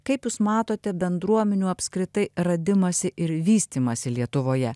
kaip jūs matote bendruomenių apskritai radimąsi ir vystymąsi lietuvoje